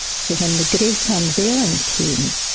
so when the great unveiling came,